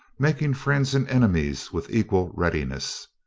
making friends and enemies with equal readiness.